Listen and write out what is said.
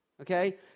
Okay